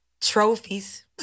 Trophies